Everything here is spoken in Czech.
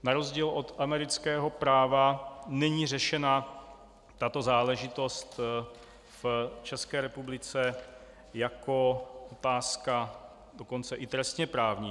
Na rozdíl od amerického práva není řešena tato záležitost v České republice jako otázka dokonce i trestněprávní.